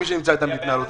דווקא.